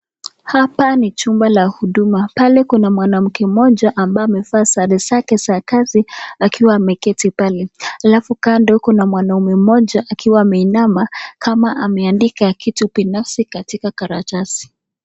Hapa ni chumba la huduma. Pale kuna mwanamke mmoja ambaye amevaa sare zake za kazi akiwa ameketi pale. Halafu kando kuna mwanaume mmoja akiwa ameinama kama ameandika kitu binafsi katika karatasi.